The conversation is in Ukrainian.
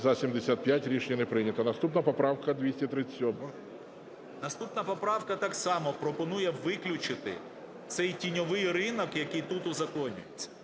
За-75 Рішення не прийнято. Наступна поправка 237-а. 13:59:11 СОБОЛЄВ С.В. Наступна поправка так само пропонує виключити цей тіньовий ринок, який тут узаконюються.